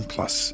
Plus